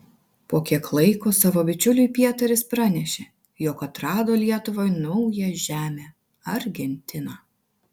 po kiek laiko savo bičiuliui pietaris pranešė jog atrado lietuvai naują žemę argentiną